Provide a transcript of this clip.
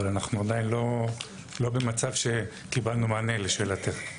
אבל אנחנו עדיין לא במצב שקיבלנו מענה לשאלתך.